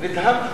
"נדהמתי"?